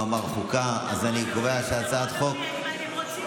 אני קובע שהצעת חוק המאבק בטרור (תיקון,